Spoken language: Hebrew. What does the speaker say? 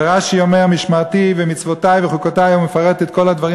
ורש"י אומר: "משמרתי מצוותי וחוקותי" ומפרט את כל הדברים